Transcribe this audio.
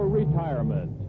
retirement